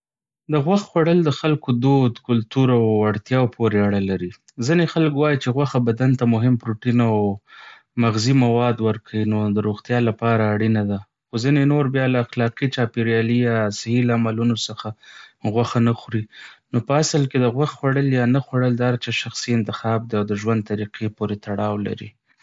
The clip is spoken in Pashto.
د غوښې خوړل د خلکو دود، کلتور او اړتیاوو پورې اړه لري. ځینې خلک وايي چې غوښه بدن ته مهم پروټین او مغذي مواد ورکوي، نو د روغتیا لپاره اړینه ده. خو ځینې نور بیا له اخلاقي، چاپیریالي یا صحي لاملونو څخه غوښه نه خوري. نو په اصل کې، د غوښې خوړل یا نه خوړل د هر چا شخصي انتخاب دی او د ژوند طریقې پورې تړاو لري.